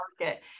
market